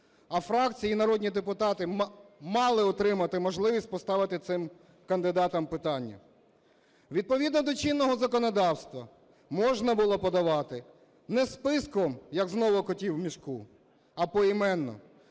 а фракції і народні депутати мали отримати можливість поставити цим кандидатам питання. Відповідно до чинного законодавства можна було подавати не списком, як знову котів в мішку, а поіменно,